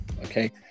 okay